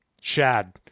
shad